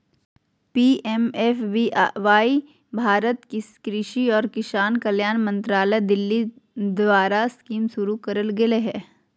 PMFBY Bharat कृषि और किसान कल्याण मंत्रालय दिल्ली द्वारास्कीमशुरू करल गेलय हल